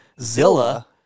zilla